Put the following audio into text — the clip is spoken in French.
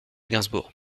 gainsbourg